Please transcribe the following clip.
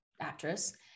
actress